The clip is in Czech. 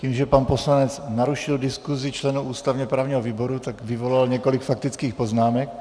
Tím, že pan poslanec narušil diskusi členů ústavněprávního výboru, vyvolal několik faktických poznámek.